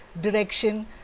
direction